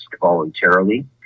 voluntarily